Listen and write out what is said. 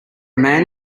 man